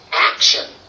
action